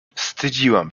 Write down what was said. wstydziłam